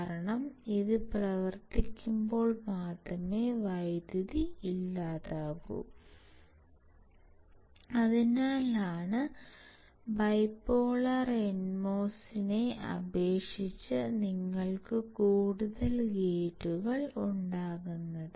കാരണം അത് പ്രവർത്തിക്കുമ്പോൾ മാത്രമേ വൈദ്യുതി ഇല്ലാതാകൂ അതിനാലാണ് ബൈപോളാർ NMOS നെ അപേക്ഷിച്ച് നിങ്ങൾക്ക് കൂടുതൽ ഗേറ്റുകൾ ഉണ്ടാകുന്നത്